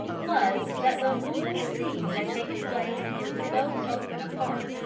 was, that the whole scene had taken place in so open a part,